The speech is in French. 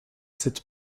cette